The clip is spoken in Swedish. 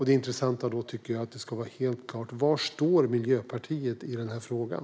Då skulle det vara intressant att få helt klargjort var Miljöpartiet står i den här frågan.